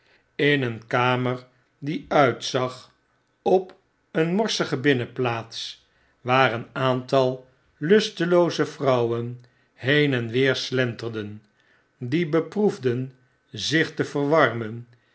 in een kamer die uitzag op een morsige binnenplaats waar een aantal lustelooze vrouwen been en weer slenterden die beproefden zich te verwarmen